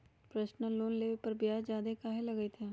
Personal loan लेबे पर ब्याज ज्यादा काहे लागईत है?